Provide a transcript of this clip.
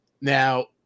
Now